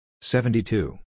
seventy-two